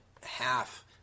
half